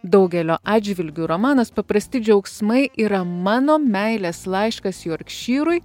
daugelio atžvilgiu romanas paprasti džiaugsmai yra mano meilės laiškas jorkšyrui